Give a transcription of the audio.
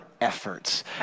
Efforts